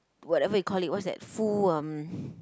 whatever you call it what's that full um